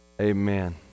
Amen